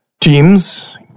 teams